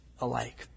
alike